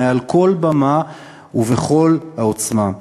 מעל כל במה ובכל העוצמה.